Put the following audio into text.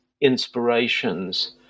inspirations